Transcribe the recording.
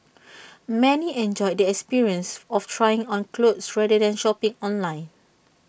many enjoyed the experience of trying on clothes rather than shopping online